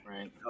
right